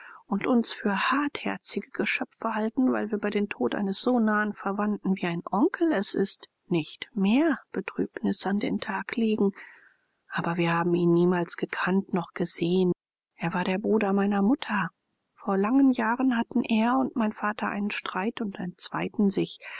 und uns für hartherzige geschöpfe halten weil wir über den tod eines so nahen verwandten wie ein onkel es ist nicht mehr betrübnis an den tag legen aber wir haben ihn niemals gekannt noch gesehen er war der bruder meiner mutter vor langen jahren hatten er und mein vater einen streit und entzweiten sich